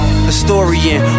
Historian